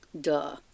Duh